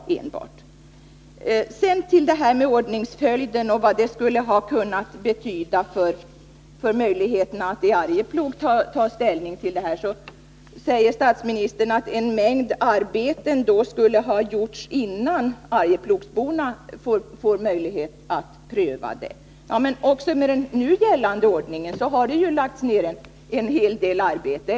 Sedan till det här med ordningsföljden och vad den skulle ha kunnat betyda när det gäller möjligheterna att i Arjeplog ta ställning till frågan. Statsministern säger att en mängd arbeten har gjorts innan arjeplogsborna får möjlighet att pröva frågan. Men också med nu gällande ordning har det lagts ned en hel del arbete.